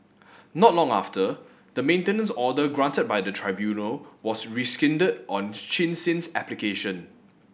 not long after the maintenance order granted by the tribunal was rescinded on Chin Sin's application